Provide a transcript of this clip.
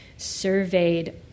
surveyed